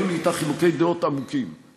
היו לי אתה חילוקי דעות עמוקים.